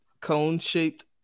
cone-shaped